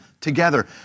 together